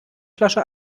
flasche